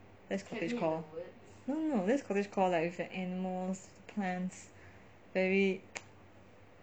that's cottagecore no no no that's cottagecore life animals plants very